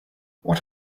what